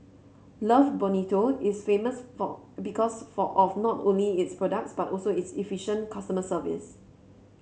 love Bonito is famous for because for of not only its products but also its efficient customer service